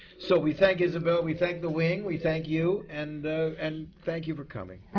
so we thank isabelle, we thank the wing, we thank you, and and thank you for coming.